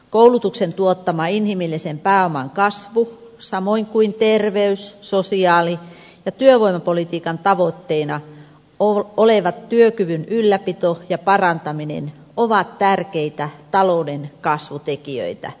koulutuksen tuottama inhimillisen pääoman kasvu samoin kuin terveys ja sosiaali ja työvoimapolitiikan tavoitteina olevat työkyvyn ylläpito ja parantaminen ovat tärkeitä talouden kasvutekijöitä